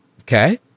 Okay